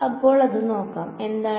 അപ്പോൾ നമുക്ക് നോക്കാം എന്താണ്